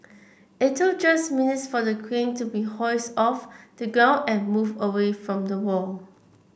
it took just minutes for the crane to be hoisted off the ground and moved away from the wall